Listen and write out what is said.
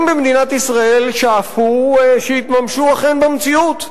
במדינת ישראל שאפו שיתממשו אכן במציאות,